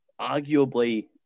arguably